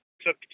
took